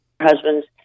husbands